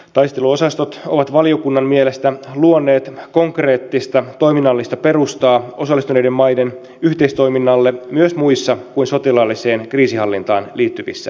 taisteluosastot ovat valiokunnan mielestä luoneet konkreettista toiminnallista perustaa osallistuneiden maiden yhteistoiminnalle myös muissa kuin sotilaalliseen kriisinhallintaan liittyvissä tilanteissa